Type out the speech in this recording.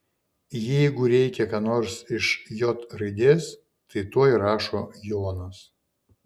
jeigu reikia ką nors iš j raidės tai tuoj rašo jonas